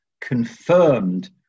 confirmed